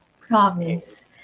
Promise